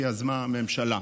שיזמה הממשלה.